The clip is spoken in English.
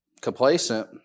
complacent